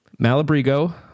Malabrigo